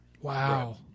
Wow